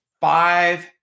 Five